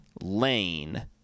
Lane